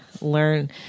learn